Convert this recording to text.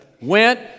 went